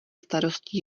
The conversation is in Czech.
starosti